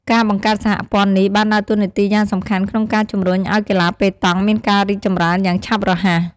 ការបង្កើតសហព័ន្ធនេះបានដើរតួនាទីយ៉ាងសំខាន់ក្នុងការជំរុញឱ្យកីឡាប៉េតង់មានការរីកចម្រើនយ៉ាងឆាប់រហ័ស។